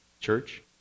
Church